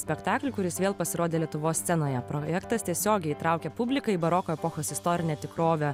spektaklį kuris vėl pasirodė lietuvos scenoje projektas tiesiogiai įtraukia publiką į baroko epochos istorinę tikrovę